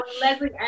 Leslie